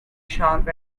sharp